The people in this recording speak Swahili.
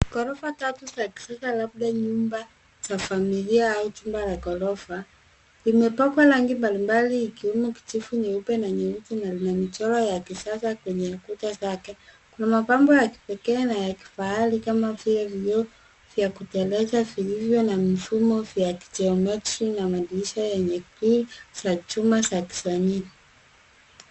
Ghorofa tatu za kisasa, labda nyumba za familia au chumba la ghorofa, imepakwa rangi mbalimbali ikiwemo kijivu, nyeupe na nyeusi na lina michoro ya kisasa kwenye kuta zake. Kuna mapambo ya kipekee na ya kifahari, kama vile vio vya kuteleza, vilivyo na mifumo vya kijometri na madirisha yenye grill ya chuma za kisanii.